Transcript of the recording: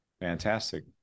Fantastic